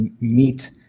meet